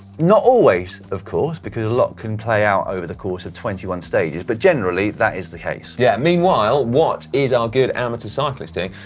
not always, of course, because a lot can play out over the course of twenty one stages, but generally, that is the case. simon yeah meanwhile, what is our good amateur cyclist doing?